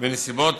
בנסיבות